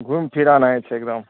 घुमि फिरि अएनाइ छै एगदम